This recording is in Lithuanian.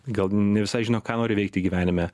gal ne visai žino ką nori veikti gyvenime